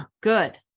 good